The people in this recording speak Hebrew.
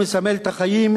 מסמל את החיים,